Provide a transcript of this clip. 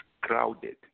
crowded